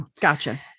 Gotcha